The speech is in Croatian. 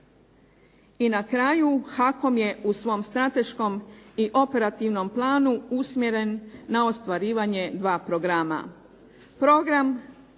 I na kraju, HAKOM je u svom strateškom i operativnom planu usmjeren na ostvarivanje dva programa.